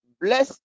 bless